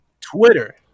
Twitter